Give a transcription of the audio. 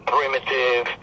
Primitive